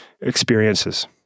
experiences